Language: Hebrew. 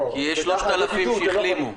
יש 3,000 שהחלימו.